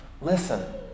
listen